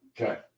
Okay